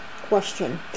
Question